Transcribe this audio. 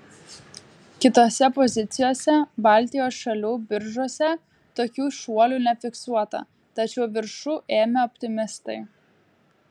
kitose pozicijose baltijos šalių biržose tokių šuolių nefiksuota tačiau viršų ėmė optimistai